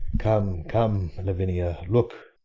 come, come, lavinia look,